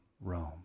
Rome